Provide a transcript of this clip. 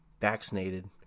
vaccinated